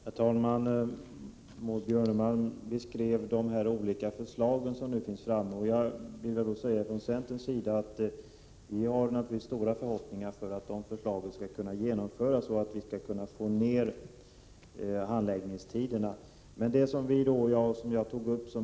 Herr talman! Maud Björnemalm talade om de olika förslag som nu bereds i regeringskansliet. Från centerns sida har vi naturligtvis stora förhoppningar att förslagen skall kunna genomföras och handläggningstiderna därigenom minskas.